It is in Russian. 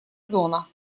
зона